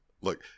Look